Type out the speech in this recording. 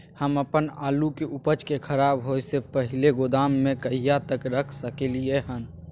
हम अपन आलू के उपज के खराब होय से पहिले गोदाम में कहिया तक रख सकलियै हन?